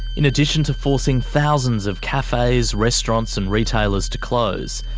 in addition to forcing thousands of cafes, restaurants, and retailers to close,